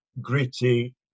gritty